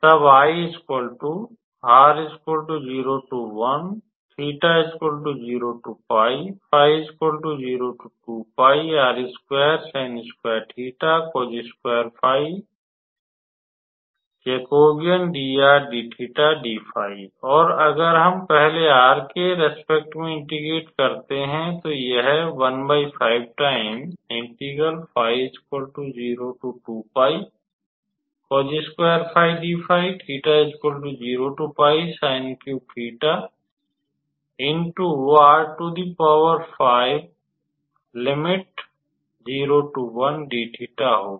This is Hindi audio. तब और अगर हम पहले r के संबंध में इंटेग्रेट करते हैं तो यह होगा